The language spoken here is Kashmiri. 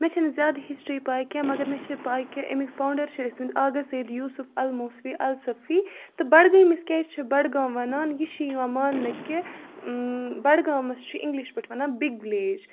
مےٚ چھِنہٕ زیادٕ ہِسٹری پےَ کیٚنٛہہ مگر مےٚ چھِ پےَ کہِ امیُک فاونٛڈر چھِ ٲسۍمِتۍ آغا سیعد یوٗسف الموسوی الصوٗفی تہٕ بَڈٕگٲمِس کیٛازِ چھُ بَڈٕ گام ونان یہِ چھُ یِوان ماننہٕ کہِ بَڈگامس چھُ اِنگلِش پٲٹھۍ وَنان بِگ وِلیٚج